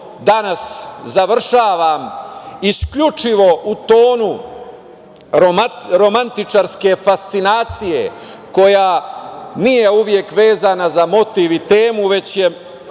danas završavam isključivo u tonu romantičarske fascinacije koja nije uvek vezana za motiv i temu, već je, opet,